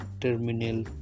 Terminal